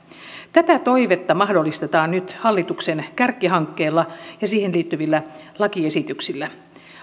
tätä toivetta mahdollistetaan nyt hallituksen kärkihankkeella ja siihen liittyvillä lakiesityksillä